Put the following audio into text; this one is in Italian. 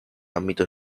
ambito